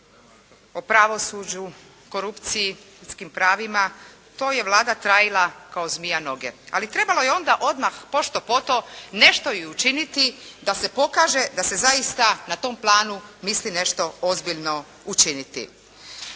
o pravosuđu, korupciji, ljudskim pravima to je Vlada tajila kao zmija noge. Ali trebalo je onda pošto poto nešto i učiniti da se pokaže da se zaista na tom planu misli nešto ozbiljno učiniti.